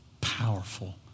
powerful